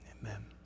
Amen